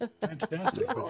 fantastic